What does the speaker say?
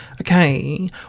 Okay